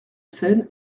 scène